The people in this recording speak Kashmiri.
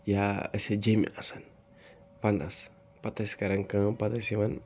یا أسۍ ٲسۍ جیٚمہِ آسان وَنٛدَس پَتہٕ ٲسۍ کَران کٲم پَتہٕ ٲسۍ یِوان